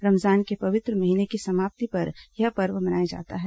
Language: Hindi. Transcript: रमजान के पवित्र महीने की समाप्ति पर यह पर्व मनाया जाता है